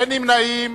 אין נמנעים.